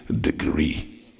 degree